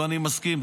ואני מסכים,